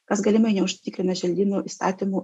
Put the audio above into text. kas galimai neužtikrina želdynų įstatymų